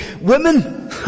Women